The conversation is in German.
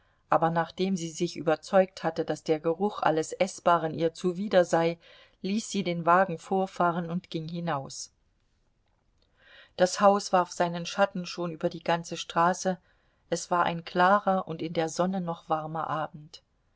aber nachdem sie sich überzeugt hatte daß der geruch alles eßbaren ihr zuwider sei ließ sie den wagen vorfahren und ging hinaus das haus warf seinen schatten schon über die ganze straße es war ein klarer und in der sonne noch warmer abend